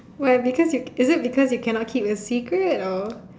why because you is it because you can not keep a secret or